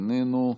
איננו,